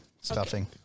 Stuffing